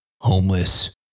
homeless